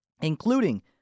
including